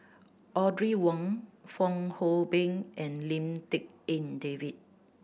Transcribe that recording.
Audrey Wong Fong Hoe Beng and Lim Tik En David